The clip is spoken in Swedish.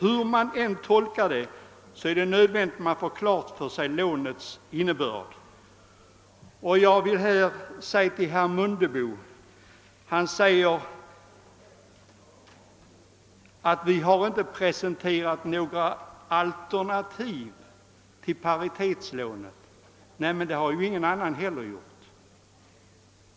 Hur man än tolkar detta är det nödvändigt att man får klart för sig lånens innebörd. Herr Mundebo sade att vi inte har presenterat några alternativ till paritetslånen. Nej, men det har ingen annan heller gjort.